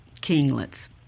kinglets